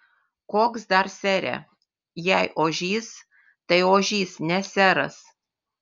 koks dar sere jei ožys tai ožys ne seras